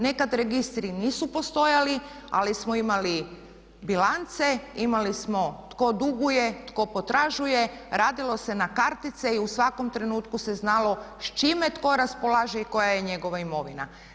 Nekad registri nisu postojali ali smo imali bilance, imali smo tko duguje, tko potražuje, radilo se na kartice i u svakom trenutku se znalo s čime tko raspolaže i koja je njegova imovina.